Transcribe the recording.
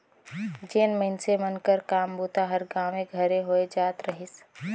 जेन मइनसे मन कर काम बूता हर गाँवे घरे होए जात रहिस